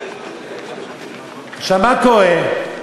מה קורה,